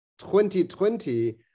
2020